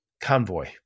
Convoy